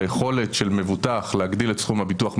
היכולת של מבוטח להגדיל את סכום הביטוח מחר-מוחרתיים.